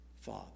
Father